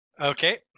Okay